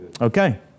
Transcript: Okay